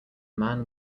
man